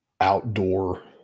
outdoor